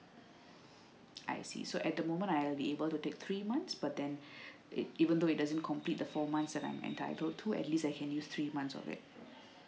I see so at the moment I'll be able to take three months but then even though it doesn't complete the four months and I'm entitled to at least I can use three months of it